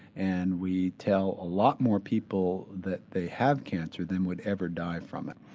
and we tell a lot more people that they have cancer than would ever die from it.